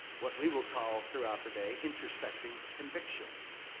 what we will call throughout the day intersecting convictions.